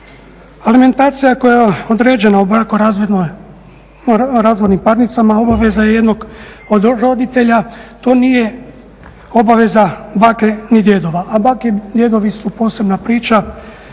Alimentacija koja je određena u brakorazvodnim parnicama obaveza je jednog od roditelja. To nije obaveza bake ni djedova, a bake i djedovi su posebna priča